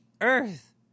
Earth